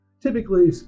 Typically